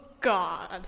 God